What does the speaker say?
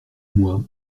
moi